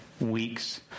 weeks